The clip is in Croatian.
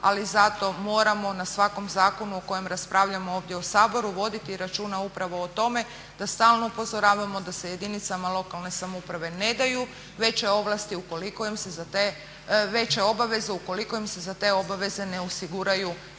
ali zato moramo na svakom zakonu o kojem raspravljamo ovdje u Saboru voditi računa upravo o tome da stalno upozoravamo da se jedinicama lokalne samouprave ne daju veće obaveze ukoliko im se za te veće obaveze ne osiguraju